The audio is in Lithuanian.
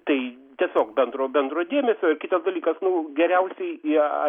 tai tiesiog bendro bendro dėmesio ir kitas dalykas nu geriausiai ją